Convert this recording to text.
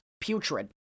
putrid